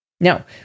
Now